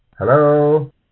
Hello